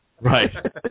Right